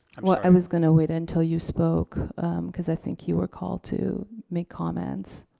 well, i was gonna wait until you spoke cause i think you were called to make comments.